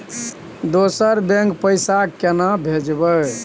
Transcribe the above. दोसर बैंक पैसा केना भेजबै?